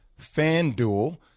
FanDuel